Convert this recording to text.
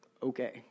Okay